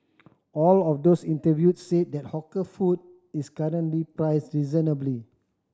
all of those interviewed said that hawker food is currently priced reasonably